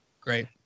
Great